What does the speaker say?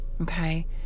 okay